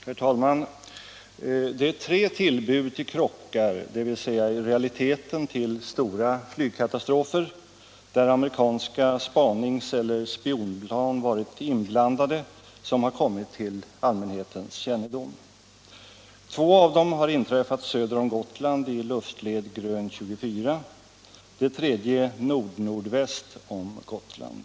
Herr talman! Det är tre tillbud till krockar, dvs. i realiteten till stora flygkatastrofer, där amerikanska spanings eller spionplan varit inblandade som har kommit till allmänhetens kännedom. Två av dem har inträffat söder om Gotland i luftled Grön 24, det tredje nordnordväst om Gotland.